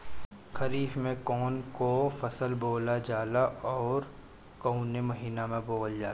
खरिफ में कौन कौं फसल बोवल जाला अउर काउने महीने में बोवेल जाला?